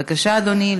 בבקשה, אדוני.